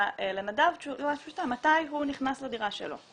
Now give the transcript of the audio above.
לנדב תשובה פשוטה, מתי הוא נכנס לדירה שלו.